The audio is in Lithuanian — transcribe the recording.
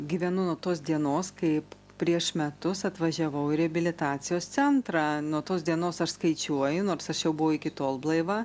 gyvenu nuo tos dienos kaip prieš metus atvažiavau į reabilitacijos centrą nuo tos dienos aš skaičiuoju nors aš jau buvau iki tol blaiva